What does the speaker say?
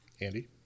Andy